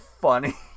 funny